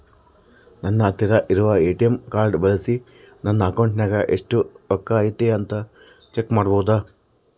ನನ್ನ ಹತ್ತಿರ ಇರುವ ಎ.ಟಿ.ಎಂ ಕಾರ್ಡ್ ಬಳಿಸಿ ನನ್ನ ಅಕೌಂಟಿನಾಗ ಎಷ್ಟು ರೊಕ್ಕ ಐತಿ ಅಂತಾ ಚೆಕ್ ಮಾಡಬಹುದಾ?